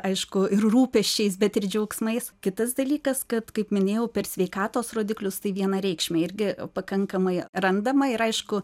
aišku ir rūpesčiais bet ir džiaugsmais kitas dalykas kad kaip minėjau per sveikatos rodiklius tai vienareikšmiai irgi pakankamai randama ir aišku